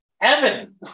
Evan